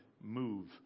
move